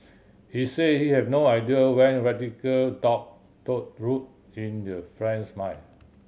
he said he had no idea when radical thought took root in their friend's mind